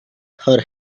her